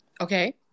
Okay